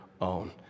own